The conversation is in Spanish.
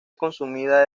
consumida